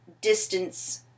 distance